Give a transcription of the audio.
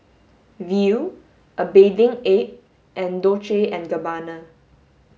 Viu a Bathing Ape and Dolce and Gabbana